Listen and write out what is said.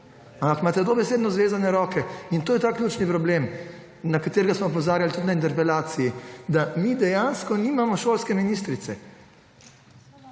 Ampak imate dobesedno zvezane roke. In to je ta ključni problem, na katerega smo opozarjali tudi pri interpelaciji, da mi dejansko nimamo šolske ministrice.